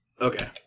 Okay